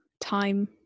time